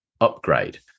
upgrade